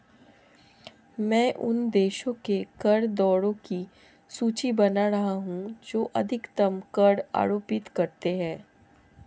मैं उन देशों के कर दरों की सूची बना रहा हूं जो अधिकतम कर आरोपित करते हैं